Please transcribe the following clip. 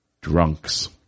drunks